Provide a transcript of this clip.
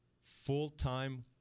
full-time